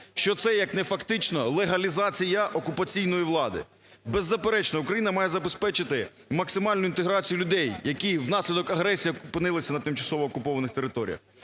Що це, як не фактично легалізація окупаційної влади? Беззаперечно Україна має забезпечити максимальну інтеграцію людей, які внаслідок агресії опинилися на тимчасово окупованих територіях.